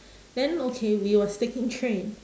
then okay we was taking train